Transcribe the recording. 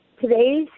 Today's